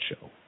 show